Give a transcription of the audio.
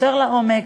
יותר לעומק,